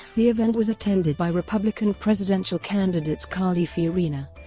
the event was attended by republican presidential candidates carly fiorina,